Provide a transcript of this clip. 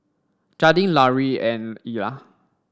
Jadyn Larue and Ila